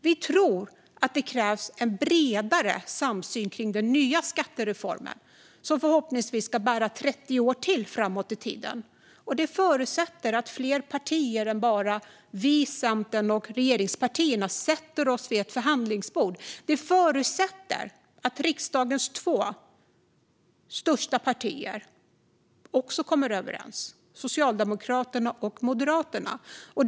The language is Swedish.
Vi tror att det krävs en bredare samsyn kring den nya skattereformen som förhoppningsvis ska hålla 30 år framåt i tid. Det förutsätter att fler partier än bara Liberalerna, Centern och regeringspartierna sätter sig vid ett förhandlingsbord. Det förutsätter att riksdagens två största partier också kommer överens - Socialdemokraterna och Moderaterna.